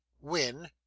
win